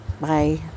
bye